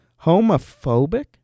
homophobic